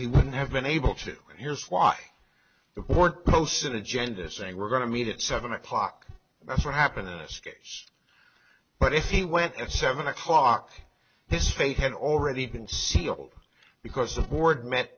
he wouldn't have been able to here's why the board post an agenda saying we're going to meet at seven o'clock that's what happened to us but if he went at seven o'clock his fate had already been sealed because the board met